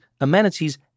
amenities